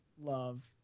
love